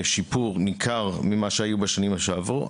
יש שיפור ניכר ממה שהיו בשנים שעברו,